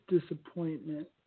disappointment